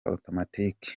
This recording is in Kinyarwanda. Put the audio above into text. automatic